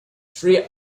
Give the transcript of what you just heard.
three